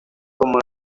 como